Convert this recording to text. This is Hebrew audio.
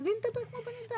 תני לי לדבר כמו בן אדם.